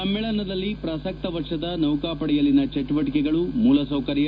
ಸಮ್ಮೇಳನದಲ್ಲಿ ಪ್ರಸಕ್ತ ವರ್ಷದ ನೌಕಾಪಡೆಯಲ್ಲಿನ ಚಟುವಟಿಕೆಗಳು ಮೂಲಸೌಕರ್ಲ